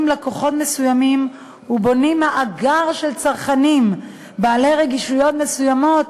לקוחות מסוימים ובונים מאגר של צרכנים בעלי רגישויות מסוימות,